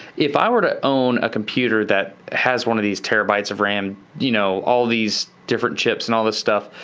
if i were to own a computer that has one of these terabytes of ram, you know, all these different chips and all this stuff,